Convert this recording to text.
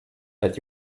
that